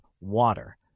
water